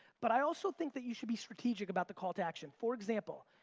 but i also think that you should be strategic about the call to action. for example,